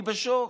הייתי בשוק.